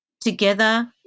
together